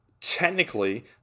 technically